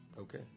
Okay